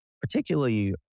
particularly